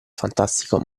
fantastico